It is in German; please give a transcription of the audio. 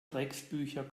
drecksbücher